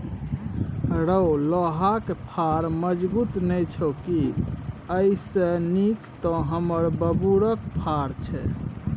रौ लोहाक फार मजगुत नै छौ की एइसे नीक तँ हमर बबुरक फार छै